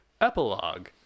Epilogue